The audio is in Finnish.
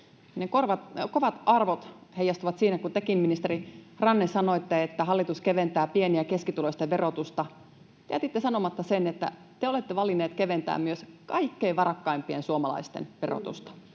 kovat arvot heijastuvat siinä, että kun tekin, ministeri Ranne, sanoitte, että hallitus keventää pieni- ja keskituloisten verotusta, niin jätitte sanomatta sen, että te olette valinneet keventää myös kaikkein varakkaimpien suomalaisten verotusta.